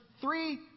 three